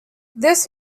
this